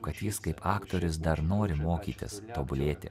kad jis kaip aktorius dar nori mokytis tobulėti